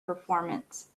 performance